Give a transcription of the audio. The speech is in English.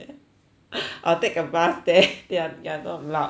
I'll take a bus there ya ya don't laugh okay